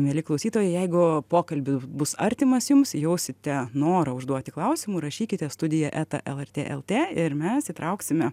mieli klausytojai jeigu pokalbių bus artimas jums jausite norą užduoti klausimų rašykite studija eta lrt lt ir mes įtrauksime